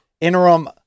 interim